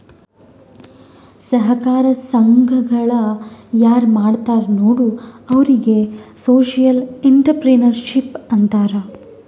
ಸಹಕಾರ ಸಂಘಗಳ ಯಾರ್ ಮಾಡ್ತಾರ ನೋಡು ಅವ್ರಿಗೆ ಸೋಶಿಯಲ್ ಇಂಟ್ರಪ್ರಿನರ್ಶಿಪ್ ಅಂತಾರ್